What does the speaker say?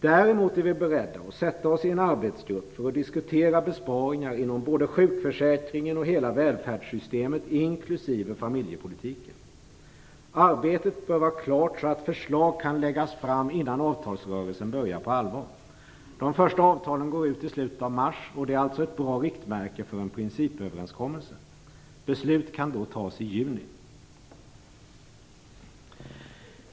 Däremot är vi beredda att sätta oss i en arbetsgrupp för att diskutera besparingar inom både sjukförsäkringen och hela välfärdssystemet inklusive familjepolitiken. Arbetet bör vara klart så att förslag kan läggas fram innan avtalsrörelsen börjar på allvar. De första avtalen går ut i slutet av mars, och det är alltså ett bra riktmärke för en principöverenskommelse. Beslut kan då fattas i juni.